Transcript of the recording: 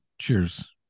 Cheers